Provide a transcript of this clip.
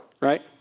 right